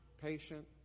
Patient